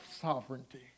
sovereignty